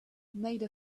made